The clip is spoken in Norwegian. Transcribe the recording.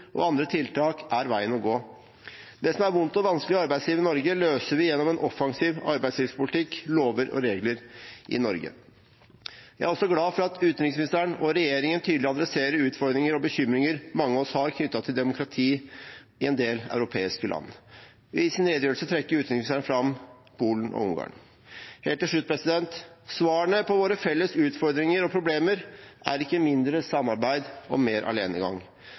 og andre tiltak er veien å gå. Det som er vondt og vanskelig i arbeidslivet i Norge, løser vi gjennom en offensiv arbeidslivspolitikk, lover og regler i Norge. Jeg er også glad for at utenriksministeren og regjeringen tydelig tar for seg utfordringer og bekymringer mange av oss har knyttet til demokrati i en del europeiske land. I sin redegjørelse trekker utenriksministeren fram Polen og Ungarn. Helt til slutt: Svarene på våre felles utfordringer og problemer er ikke mindre samarbeid og mer alenegang.